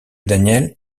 daniel